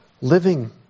Living